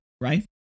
right